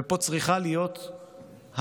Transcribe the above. ופה צריכה להיות הבהרה